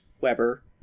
Weber